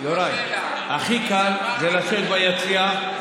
יוראי, הכי קל זה לשבת ביציע,